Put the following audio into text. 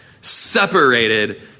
separated